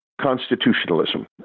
constitutionalism